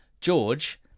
George